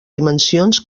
dimensions